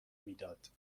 میداد